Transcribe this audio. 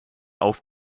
auf